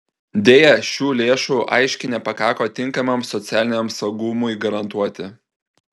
deja šių lėšų aiškiai nepakako tinkamam socialiniam saugumui garantuoti